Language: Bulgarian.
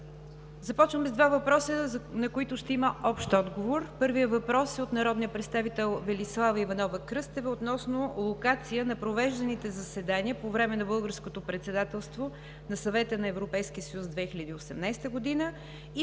Започваме с два въпроса, на които ще има общ отговор. Първият въпрос е от народния представител Велислава Иванова Кръстева относно локация на провежданите заседания по време на българското председателство на Съвета на Европейския съюз 2018 г.